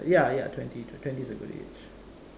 ya ya twenty twenty is a good age